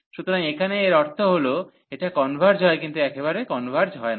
সুতরাং এখানে এর অর্থ হল এটা কনভার্জ হয় কিন্তু একেবারে কনভার্জ হয় না